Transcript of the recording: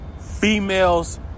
Females